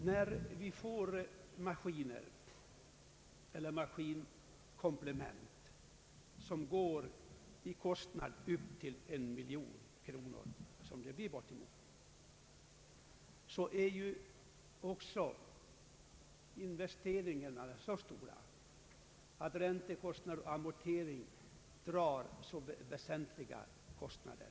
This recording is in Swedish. När maskiner eller maskinkomplement kostar bortåt en miljon kronor, som det ofta rör sig om, är investeringarna så stora att räntekostnader och amorteringar blir ekonomiskt mycket kännbara.